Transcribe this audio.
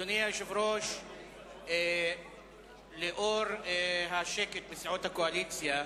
אדוני היושב-ראש, לאור השקט מסיעות הקואליציה,